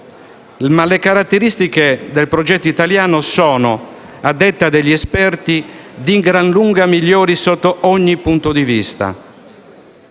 Le caratteristiche del progetto italiano sono però, a detta degli esperti, di gran lunga migliori sotto ogni punto di vista.